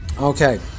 Okay